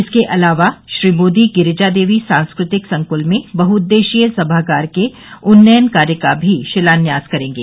इसके अलावा श्री मोदी गिरिजा देवी सांस्कृतिक संकुल में बहुउद्देश्यीय सभागार के उन्नयन कार्य का भी शिलान्यास करेंगे